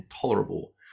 tolerable